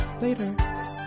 Later